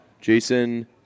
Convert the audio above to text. Jason